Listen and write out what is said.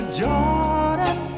jordan